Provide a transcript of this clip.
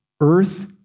Earth